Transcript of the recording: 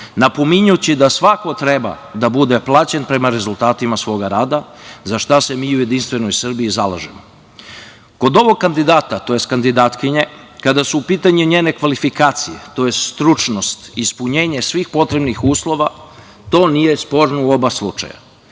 napominjući da svako treba da bude plaćen prema rezultatima svog rada, za šta se mi u JS zalažemo. Kod ovog kandidata, tj. kandidatkinje, kada su u pitanju njene kvalifikacije, tj. stručnost i ispunjenje svih potrebnih uslova, to nije sporno u oba slučaja.